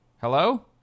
Hello